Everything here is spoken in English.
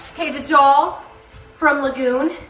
kay, the doll from lagoon,